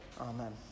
Amen